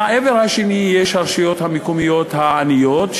מהעבר השני יש הרשויות המקומיות העניות,